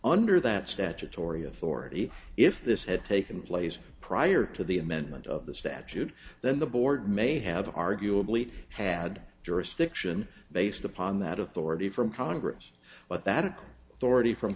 under that statutory authority if this had taken place prior to the amendment of the statute then the board may have arguably had jurisdiction based upon that authority from congress but that it already from